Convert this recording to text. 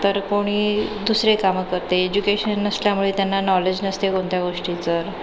तर कोणी दुसरे कामं करते एजुकेशन नसल्यामुळे त्यांना नॉलेज नसते कोणत्या गोष्टीचं